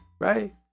right